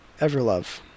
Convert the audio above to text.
Everlove